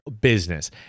business